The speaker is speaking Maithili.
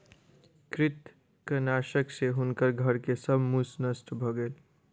कृंतकनाशक सॅ हुनकर घर के सब मूस नष्ट भ गेल